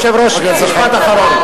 אדוני היושב-ראש, משפט אחרון.